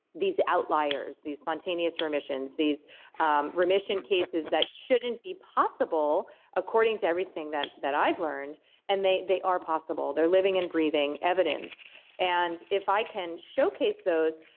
these outliers, these spontaneous remissions, these um remission cases that shouldn't be possible according to everything that that i've learned and they they are possible. they're living and breathing evidence and if i can showcase those,